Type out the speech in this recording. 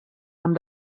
amb